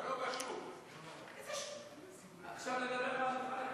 ההצעה להעביר את הצעת חוק הביטוח